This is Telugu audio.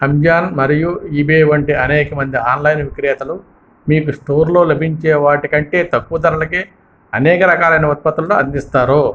అమేజాన్ మరియు ఈబే వంటి అనేకమంది ఆన్లైన్ విక్రేతలు మీకు స్టోర్లో లభించేవాటి కంటే తక్కువ ధరలకే అనేక రకాలైన ఉత్పత్తులను అందిస్తారు